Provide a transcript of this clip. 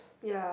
ya